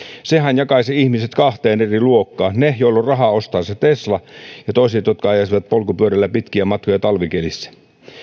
sehän jakaisi ihmiset kahteen eri luokkaan niihin joilla on rahaa ostaa se tesla ja toisiin jotka ajaisivat polkupyörillä pitkiä matkoja talvikelissä